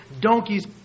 donkey's